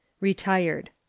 Retired